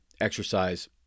exercise